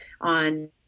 on